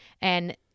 And-